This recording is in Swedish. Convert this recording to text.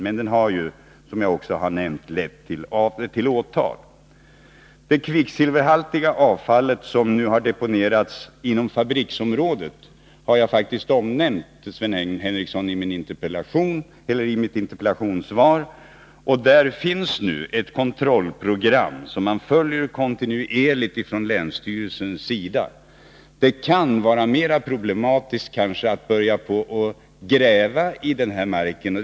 Men det har ju, som jag också nämnt, lett till åtal. Det kvicksilverhaltiga avfall som nu har deponerats inom fabriksområdet har jag faktiskt omnämnt, Sven Henricsson, i mitt interpellationssvar. Nu finns ett kontrollprogram, som länsstyrelsen kontinuerligt följer. Det kan vara mer problematiskt att börja gräva i denna mark.